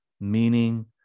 meaning